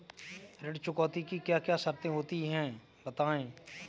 ऋण चुकौती की क्या क्या शर्तें होती हैं बताएँ?